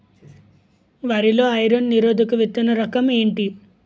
వరి లో ఐరన్ నిరోధక విత్తన రకం ఏంటి?